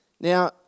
Now